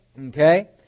Okay